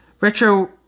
Retro